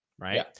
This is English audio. right